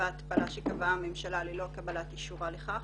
ההתפלה שקבעה הממשלה ללא קבלת אישורה לכך,